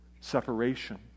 Separation